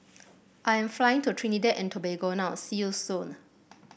I am flying to Trinidad and Tobago now see you soon